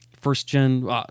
first-gen